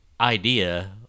idea